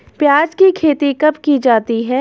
प्याज़ की खेती कब की जाती है?